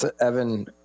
evan